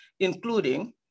including